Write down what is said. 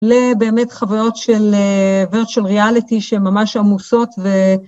לבאמת חוויות של virtual reality, שהן ממש עמוסות ו...